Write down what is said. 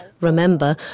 remember